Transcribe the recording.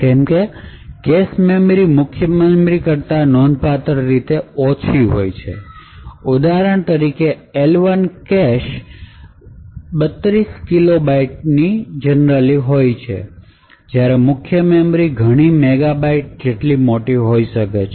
કેમ કે cache memory મુખ્ય મેમરી કરતા નોંધપાત્ર રીતે ઓછી હોય છે ઉદાહરણ તરીકે એલ 1 કેશ 32 કિલોબાઇટ છે જ્યારે મુખ્ય મેમરી ઘણી મેગાબાઇટ્સ જેટલી મોટી હોઈ શકે છે